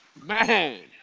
Man